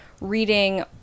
reading